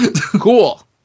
Cool